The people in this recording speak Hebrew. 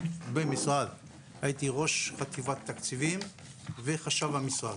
הייתי במשרד החוץ בתור ראש אגף תקציבים וחשב המשרד.